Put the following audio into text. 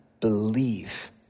believe